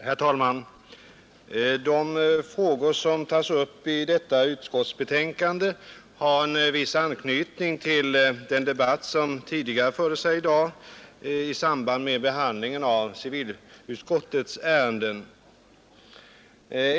Herr talman! De frågor som tas upp i detta utskottsbetänkande har en viss anknytning till den debatt som fördes tidigare i dag i samband med behandlingen av civilutskottets ärenden.